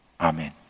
Amen